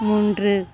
மூன்று